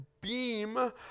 beam